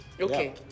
Okay